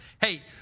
hey